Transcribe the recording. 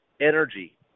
energy